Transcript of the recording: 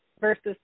versus